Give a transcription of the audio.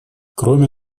кроме